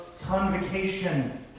convocation